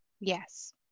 Yes